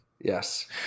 Yes